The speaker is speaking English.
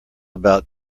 about